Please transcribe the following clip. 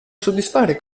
soddisfare